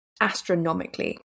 astronomically